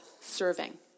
serving